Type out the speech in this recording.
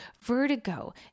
vertigo